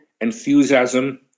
enthusiasm